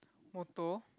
motto